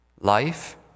life